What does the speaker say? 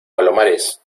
palomares